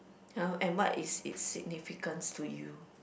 oh and what is its significance to you